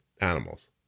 animals